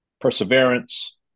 perseverance